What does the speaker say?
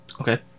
Okay